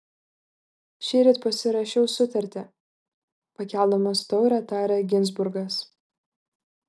šįryt pasirašiau sutartį pakeldamas taurę tarė ginzburgas